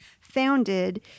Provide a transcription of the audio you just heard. founded